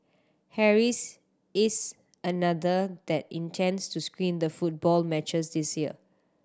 Harry's is another that intends to screen the football matches this year